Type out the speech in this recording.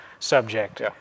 subject